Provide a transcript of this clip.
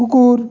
কুকুর